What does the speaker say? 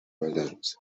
urls